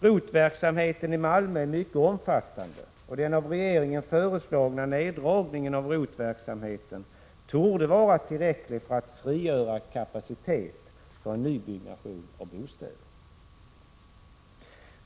ROT-verksamheten i Malmö är mycket omfattande, och den av regeringen föreslagna neddragningen av ROT-verksamheten torde vara tillräcklig för att frigöra kapaciteten av nybyggnation och bostäder.